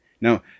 Now